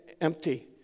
empty